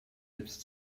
jetzt